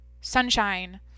sunshine